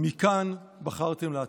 מכאן בחרתם להתחיל.